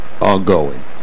Ongoing